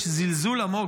יש זלזול עמוק,